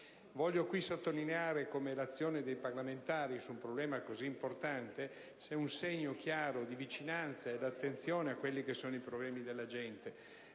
Desidero sottolineare come l'azione dei parlamentari su un problema così importante sia un segno chiaro di vicinanza ed attenzione a quelli che sono i problemi della gente.